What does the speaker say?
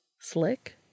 Slick